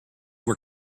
were